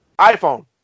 iPhone